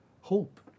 hope